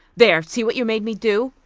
there! see what you made me do,